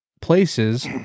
places